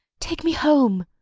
take me home.